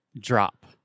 Drop